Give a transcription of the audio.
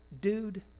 dude